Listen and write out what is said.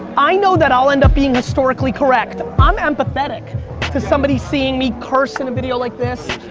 i know that i'll end up being historically correct. i'm empathetic to somebody seeing me curse in a video like this,